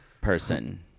person